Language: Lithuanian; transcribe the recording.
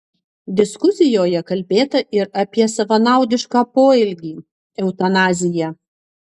diskusijoje kalbėta ir apie savanaudišką poelgį eutanaziją